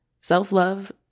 Self-love